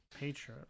Patreon